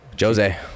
jose